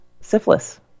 syphilis